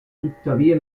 tuttavia